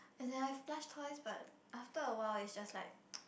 as in I have plush toys but after a while it's just like